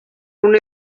una